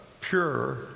pure